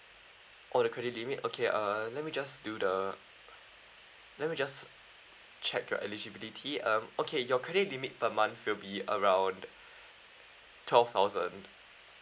oh the credit limit okay uh let me just do the let me just check your eligibility um okay your credit limit per month will be around twelve thousand